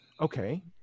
okay